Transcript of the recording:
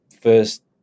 first